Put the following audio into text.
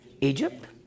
Egypt